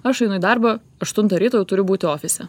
aš einu į darbą aštuntą ryto jau turiu būti ofise